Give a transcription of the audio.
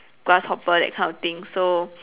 grasshopper that kind of thing so